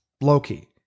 Loki